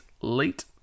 late